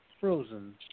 frozen